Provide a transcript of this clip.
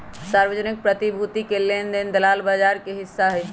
सार्वजनिक प्रतिभूति के लेन देन दलाल बजार के हिस्सा हई